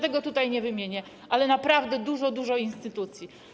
Tego tutaj nie wymienię, ale naprawdę jest dużo, dużo instytucji.